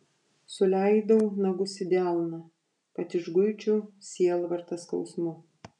suleidau nagus į delną kad išguičiau sielvartą skausmu